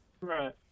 Right